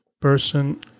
person